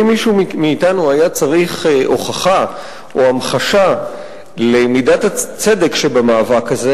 ואם מישהו מאתנו היה צריך הוכחה או המחשה למידת הצדק שבמאבק הזה,